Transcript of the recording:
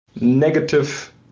negative